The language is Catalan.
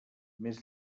més